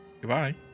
Goodbye